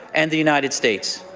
and the united states.